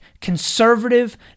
conservative